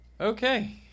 Okay